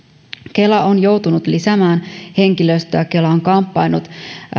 kela on joutunut lisäämään henkilöstöä kela on kamppaillut